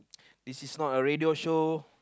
this is not a radio show